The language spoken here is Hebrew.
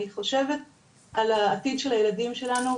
אני חושבת על העתיד של הילדים שלנו,